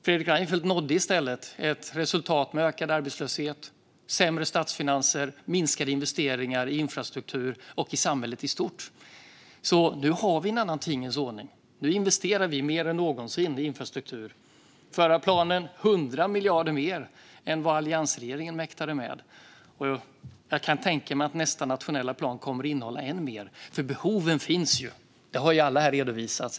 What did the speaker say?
Fredrik Reinfeldt nådde i stället ett resultat med ökad arbetslöshet, sämre statsfinanser och minskade investeringar i infrastruktur och i samhället i stort. Nu har vi en annan tingens ordning. Nu investerar vi mer än någonsin i infrastruktur - i den förra planen 100 miljarder mer än vad alliansregeringen mäktade med. Jag kan tänka mig att nästa nationella plan kommer att innehålla än mer, för behoven finns ju. Det har alla här redovisat.